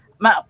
ma